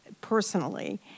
personally